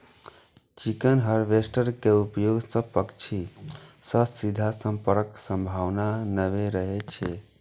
chicken harvester के उपयोग सं पक्षी सं सीधा संपर्कक संभावना नै रहै छै